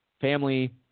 family